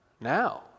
Now